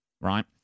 right